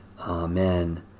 Amen